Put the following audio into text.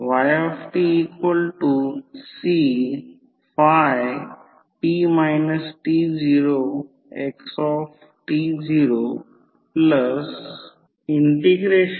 तर मुळात I0 फेजमध्ये असेल आता लॉसकडे दुर्लक्ष केले जाते फ्लक्स ∅ फेजमध्ये आहे म्हणून ∅ संदर्भ म्हणून घेतले आहे ते स्पष्ट करूया